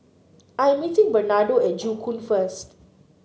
I'm meeting Bernardo at Joo Koon first